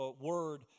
word